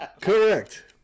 Correct